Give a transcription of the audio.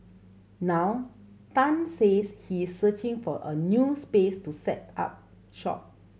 now Tan says he is searching for a new space to set up shop